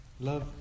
Love